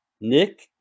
Nick